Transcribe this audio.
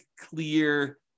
clear